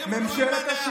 מפלגה שלמה שהייתם,